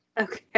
Okay